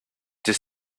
this